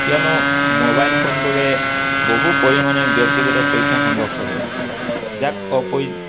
কিয়নো মোবাইল ফোনবোৰে বহু পৰিমাণে ব্যক্তিগত তথ্য সংগ্ৰহ কৰে যাক অপ